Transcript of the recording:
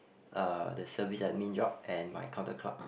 uh the service admin job and my counter clerk